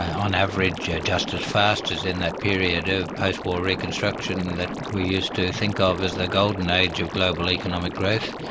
on average, just as fast as in that period of postwar reconstruction that we used to think of as the golden age of global economic growth.